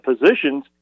positions